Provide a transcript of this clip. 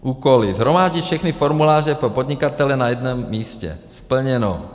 Úkoly: shromáždit všechny formuláře pro podnikatele na jednom místě splněno.